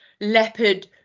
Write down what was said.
leopard